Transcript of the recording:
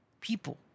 people